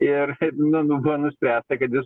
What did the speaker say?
ir kaip mano buvo nuspręsta kad jis